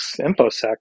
infosec